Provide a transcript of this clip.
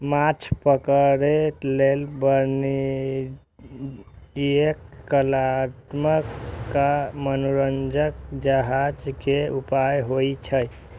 माछ पकड़ै लेल वाणिज्यिक, कलात्मक आ मनोरंजक जहाज के उपयोग होइ छै